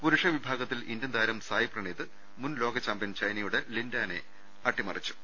പുരുഷ വിഭാഗത്തിൽ ഇന്ത്യൻതാരം സായ്പ്രണീത് മുൻലോക ചാമ്പ്യൻ ചൈനയുടെ ലിൻഡാനെ അട്ടിമറിച്ചു